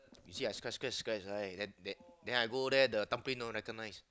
you see I scratch scratch scratch right then then then I got there the thumbprint don't recognise